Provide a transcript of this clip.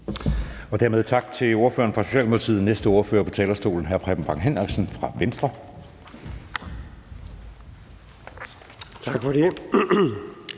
Dermed tak til ordføreren for Socialdemokratiet. Næste ordfører på talerstolen er hr. Preben Bang Henriksen fra Venstre. Kl.